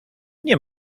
nie